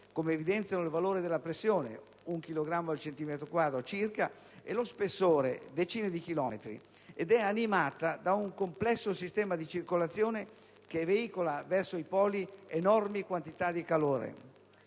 come evidenziano il valore della pressione (1 chilogrammo per centimetro quadrato circa) e lo spessore (decine di chilometri), ed è animata da un complesso sistema di circolazione che veicola verso i poli enormi quantità di calore.